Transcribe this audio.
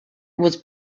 was